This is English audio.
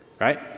right